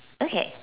okay